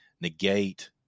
negate